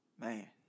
Man